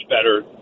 better